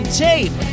tape